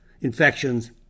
infections